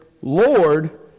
Lord